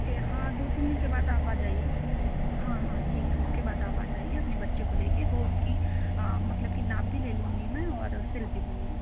ए हाँ दो तीन दिन के बाद आप आ जाइए हाँ हाँ ठीक है उसके बाद आप आ जाइए अपने बच्चे को ले कर तो उसकी मतलब कि नाप भी ले लूँगी मैं और सिल भी दूँगी